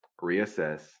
reassess